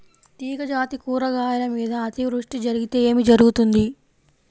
తీగజాతి కూరగాయల మీద అతివృష్టి జరిగితే ఏమి జరుగుతుంది?